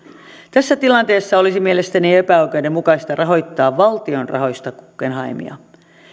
tässä tilanteessa olisi mielestäni epäoikeudenmukaista rahoittaa valtion rahoista guggenheimia